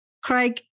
Craig